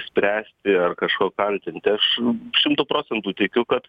spręsti ar kažko kaltinti aš šimtu procentų tikiu kad